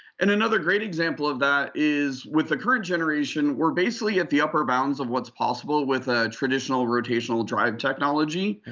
and another great example of that is with the current generation, we're basically at the upper bounds of what's possible with ah traditional rotational drive technology.